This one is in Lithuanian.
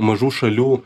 mažų šalių